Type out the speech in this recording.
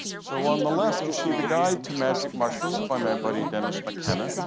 so on the left, you see the guide to magic mushrooms by my buddy, dennis mckenna,